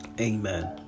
Amen